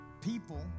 people